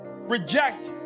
reject